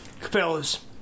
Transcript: Capellas